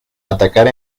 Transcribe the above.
atacar